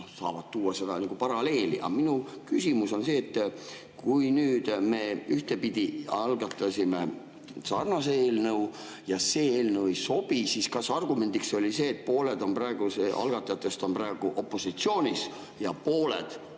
saavad tuua paralleeli. Aga minu küsimus on see, et kui me ühtepidi algatasime sarnase eelnõu ja see eelnõu ei sobinud, siis kas argumendiks oli see, et pooled algatajatest on praegu opositsioonis ja pooled